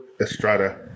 Estrada